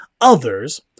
others